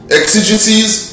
exigencies